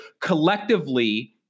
collectively